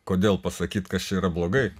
kodėl pasakyt kas čia yra blogai